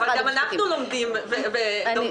אבל גם אנחנו לומדים מזה.